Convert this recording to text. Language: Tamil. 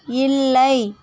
இல்லை